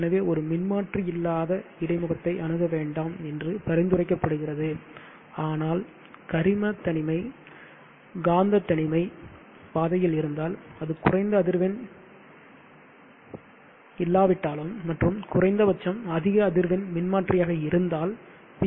எனவே ஒரு மின்மாற்றி இல்லாத இடைமுகத்தை அணுக வேண்டாம் என்று பரிந்துரைக்கப்படுகிறது ஆனால் கரிம தனிமை காந்த தனிமை பாதையில் இருந்தால் அது குறைந்த அதிர்வெண் இல்லாவிட்டாலும் மற்றும் குறைந்த பட்சம் அதிக அதிர்வெண் மின்மாற்றியாக இருந்தால் பி